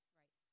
right